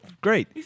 great